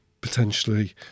potentially